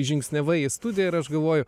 žingsniavai į studiją ir aš galvoju